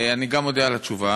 אני גם מודה על התשובה,